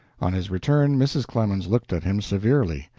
on his return mrs. clemens looked at him severely.